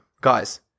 guys